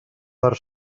per